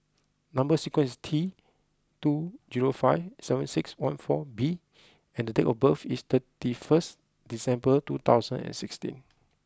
number sequence is T two zero five seven six one four B and date of birth is thirty first December two thousand and sixteen